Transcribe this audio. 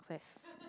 success